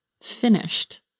finished